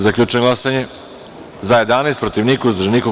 Zaključujem glasanje: za – 11, protiv – niko, uzdržanih – nema.